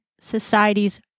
society's